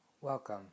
Welcome